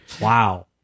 Wow